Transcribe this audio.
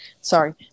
Sorry